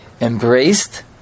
embraced